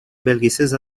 белгисиз